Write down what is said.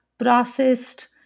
Processed